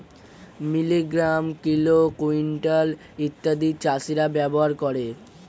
milligram, kilo, quintal ইত্যাদি চাষীরা ব্যবহার করে